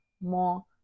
more